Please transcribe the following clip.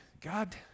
God